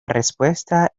respuesta